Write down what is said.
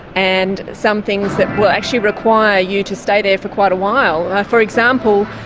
and some things that will actually require you to stay there for quite a while. for example,